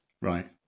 Right